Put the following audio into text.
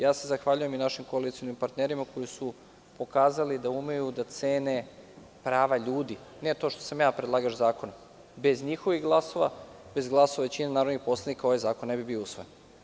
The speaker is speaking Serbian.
Ja se zahvaljujem i našim koalicionim partnerima koji su pokazali da umeju da cene prava ljudi, ne to što sam ja predlagač zakona, bez njihovih glasova, bez glasova većine narodnih poslanika ovaj zakon ne bi bio usvojen.